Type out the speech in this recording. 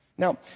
Now